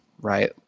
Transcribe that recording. right